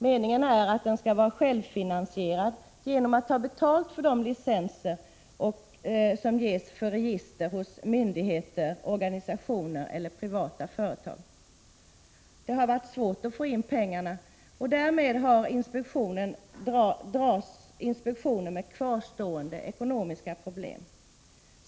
Meningen är att inspektionen skall vara självfinansierad genom att ta betalt för de licenser som ges för register hos myndigheter, organisationer eller privata företag. Det har varit svårt att få in pengarna, och därmed dras inspektionen med kvarstående ekonomiska problem.